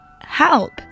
help